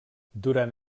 durant